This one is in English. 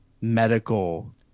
medical